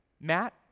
Matt